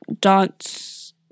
dance